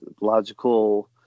logical